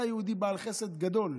הוא היה יהודי בעל חסד גדול,